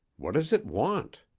what does it want?